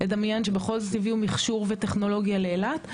תדמיין שבכל זאת יביאו מכשור וטכנולוגיה לאילת,